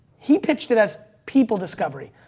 he pitched it as people discovery.